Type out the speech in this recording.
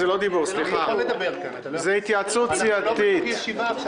אני אומר באופן כללי: יש גבול לצביעות.